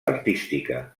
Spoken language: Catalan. artística